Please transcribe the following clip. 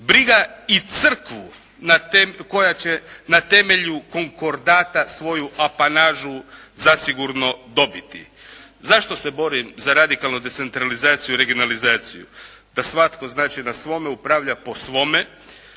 Briga i crkvu koja će na temelju konkordata svoju apanažu zasigurno dobiti. Zašto se borim za radikalnu decentralizaciju, regionalizaciju? Da svatko znači na svome upravlja po svome,